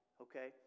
okay